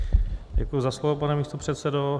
Děkuji za slovo, pane místopředsedo.